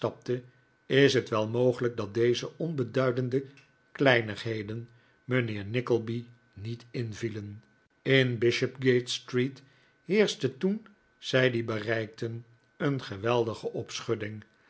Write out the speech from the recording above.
is het wel mogelijk dat deze onbeduidende kleinigheden mijnheer nickleby niet invielen in bishopsgate street heerschte toen zij die bereikten een geweldige opschudding